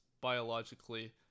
biologically